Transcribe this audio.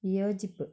വിയോചിപ്പ്